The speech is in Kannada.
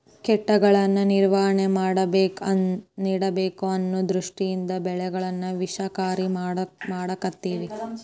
ಕೇಟಗಳನ್ನಾ ನಿರ್ವಹಣೆ ಮಾಡಬೇಕ ಅನ್ನು ದೃಷ್ಟಿಯಿಂದ ಬೆಳೆಗಳನ್ನಾ ವಿಷಕಾರಿ ಮಾಡಾಕತ್ತೆವಿ